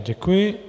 Děkuji.